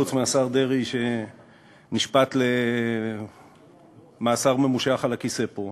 חוץ מהשר דרעי שנשפט למאסר ממושך על הכיסא פה.